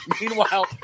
Meanwhile